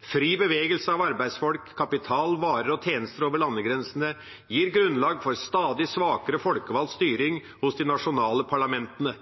Fri bevegelse av arbeidsfolk, kapital, varer og tjenester over landegrensene gir grunnlag for stadig svakere folkevalgt styring hos de nasjonale parlamentene.